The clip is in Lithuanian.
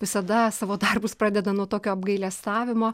visada savo darbus pradeda nuo tokio apgailestavimo